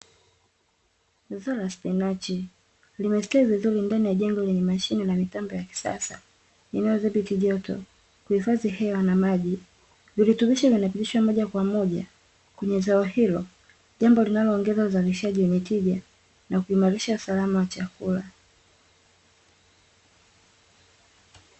Zao la spinachi limestawi vizuri ndani ya jengo lenye mashine na mitambo ya kisasa inayodhibiti joto, kuhifadhi hewa na maji. Virutubisho vinapitishwa moja kwa moja kwenye zao hilo, jambo linaloongeza uzalishaji wenye tija na kuimarisha usalama wa chakula.